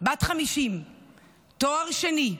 בת 50 עם תואר שני,